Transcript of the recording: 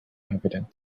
evident